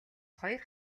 хоёр